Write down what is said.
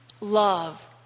love